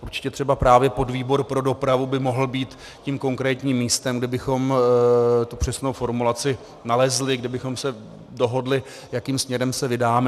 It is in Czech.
Ještě třeba právě podvýbor pro dopravu by mohl být tím konkrétním místem, kde bychom tu přesnou formulaci nalezli, kde bychom se dohodli, jakým směrem se vydáme.